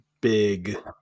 big